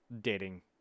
dating